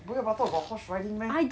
bukit batok got horse riding meh